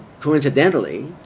coincidentally